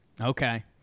Okay